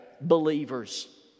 believers